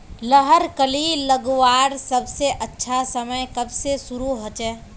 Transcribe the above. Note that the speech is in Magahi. लहर कली लगवार सबसे अच्छा समय कब से शुरू होचए?